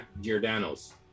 Giordano's